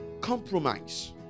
compromise